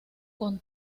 con